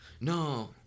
No